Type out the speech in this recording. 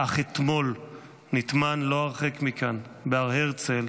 שאך אתמול נטמן לא הרחק מכאן, בהר הרצל,